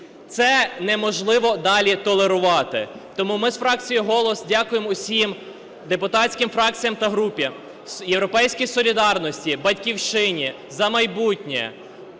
Це неможливо далі толерувати. Тому ми з фракції "Голос" дякуємо усім депутатським фракціям та групам: "Європейській солідарності", "Батьківщині", "За майбутнє",